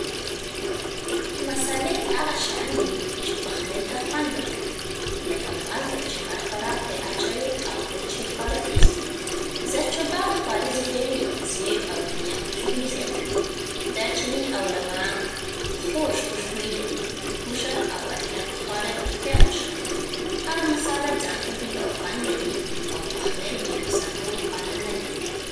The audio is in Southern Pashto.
مصالې هغه شیان دي چې پخلی ته خوند ورکوي. لکه مالګه چې هر خوراک ته اچوو، او مرچ چې خواړه تېزوي. زردچوبه خواړه ژیړوي، زیره او دڼیا خوشبویي زیاتوي. دارچیني او لونګ خوږ خوشبو لري. هوږه او ادرک خواړه روغتیا ته ښه کوي. هره مساله ځانته بوی او خوند لري، او پخلی بې له مصالو خوند نه لري.